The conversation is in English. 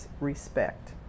respect